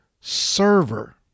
server